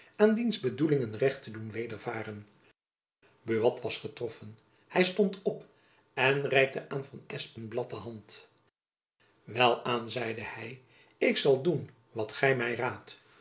aan diens bedoelingen recht te doen wedervaren buat was getroffen hy stond op en reikte aan van espenblad de hand welaan zeide hy ik zal doen wat gy my raadt